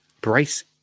brace